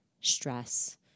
stress